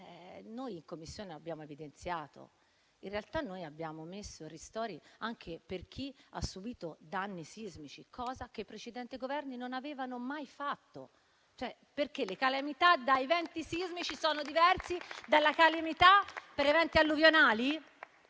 che in Commissione lo abbiamo evidenziato. In realtà noi abbiamo messo ristori anche per chi ha subito danni sismici, cosa che i precedenti Governi non avevano mai fatto. Perché? Le calamità da eventi sismici sono diverse dalle calamità per eventi alluvionali?